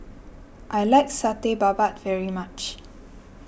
I like Satay Babat very much